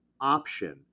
option